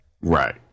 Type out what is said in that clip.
Right